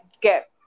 get